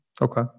okay